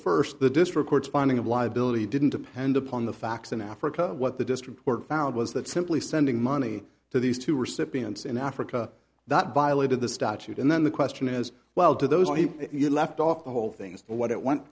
first the distro corresponding of liability didn't depend upon the facts in africa what the district court found was that simply sending money to these two recipients in africa that violated the statute and then the question as well to those of you left off the whole thing is what it went